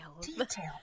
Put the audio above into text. Detail